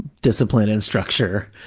discipline and structure,